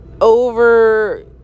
over